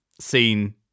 seen